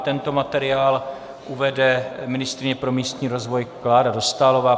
Tento materiál uvede ministryně pro místní rozvoj Klára Dostálová.